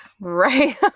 Right